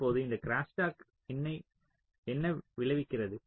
இப்போது இந்த க்ரோஸ்டாக் என்ன விளைவிக்கிறது